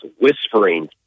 whispering